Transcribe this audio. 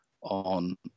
on